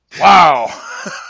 Wow